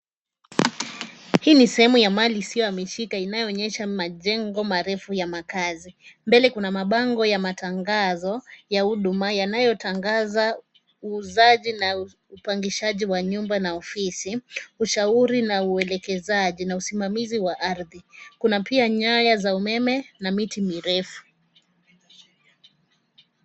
Hii ni sehemu ya mali isiyohamishika inayoonyesha majengo marefu ya makaazi. Mbele kuna mabango ya matangazo ya huduma yanayotangaza uuzaji na upangishaji wa nyumba na ofisi, ushauri na uelekazaji na usimamizi wa ardhi. Kuna pia nyaya za umeme na miti mirefu.